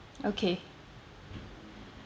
okay